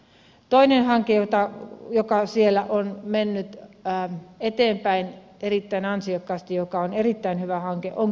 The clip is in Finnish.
toinen hanke joka siellä on mennyt eteenpäin erittäin ansiokkaasti joka on erittäin hyvä hanke on kyky hanke